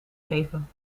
geven